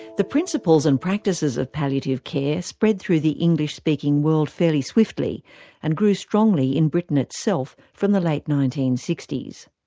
the principles and practices of palliative care spread through the english-speaking world fairly swiftly and grew strongly in britain itself from the late nineteen sixty s.